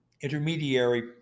intermediary